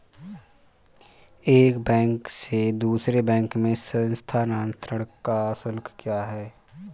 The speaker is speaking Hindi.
एक बैंक से दूसरे बैंक में स्थानांतरण का शुल्क क्या है?